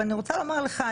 ואני רוצה לומר לך,